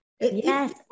Yes